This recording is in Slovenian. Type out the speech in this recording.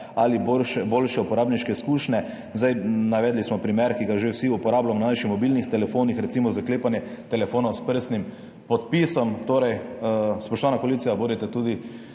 ali boljše uporabniške izkušnje. Navedli smo primer, ki ga že vsi uporabljamo na naših mobilnih telefonih, recimo zaklepanje telefonov s prstnim odtisom. Torej, spoštovana koalicija, bodite tudi